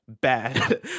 bad